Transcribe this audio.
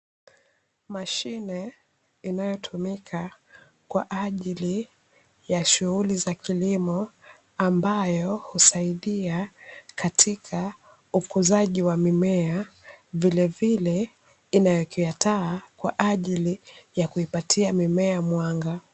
Mashine inayotumika kwa ajili ya shughuli za kilimo, ambayo husaidia katika ukuzaji wa mimea, vilevile imewekewa taa kwa ajili ya kuipatia mimea mwanga.